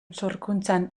sorkuntzan